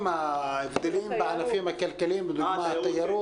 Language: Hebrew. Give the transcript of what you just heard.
ההבדלים בענפים הכלכליים, כמו התיירות.